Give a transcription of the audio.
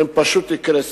הן פשוט יקרסו.